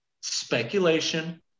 speculation